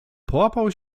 połapał